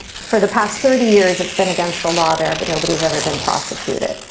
for the past thirty years, it's been against the law there, but nobody's ever been prosecuted.